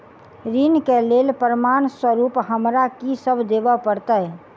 ऋण केँ लेल प्रमाण स्वरूप हमरा की सब देब पड़तय?